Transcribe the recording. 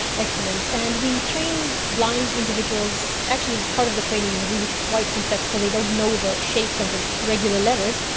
excellent. and we train blind individuals. actually part of the training is really quite complex because they don't know the shapes of the regular letters,